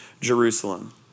Jerusalem